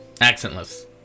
Accentless